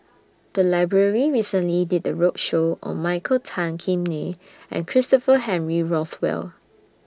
The Library recently did A roadshow on Michael Tan Kim Nei and Christopher Henry Rothwell